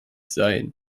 sein